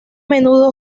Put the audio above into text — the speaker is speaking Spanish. menudo